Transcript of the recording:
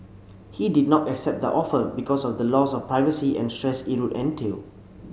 he did not accept the offer because of the loss of privacy and stress it would entail